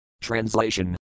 Translation